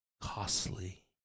costly